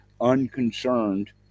unconcerned